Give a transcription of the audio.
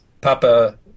Papa